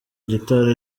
gitari